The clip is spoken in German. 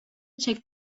checkt